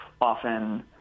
often